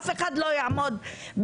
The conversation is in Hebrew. אף אחד לא יעמוד בפניהם,